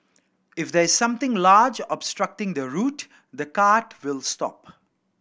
if there is something large obstructing the route the cart will stop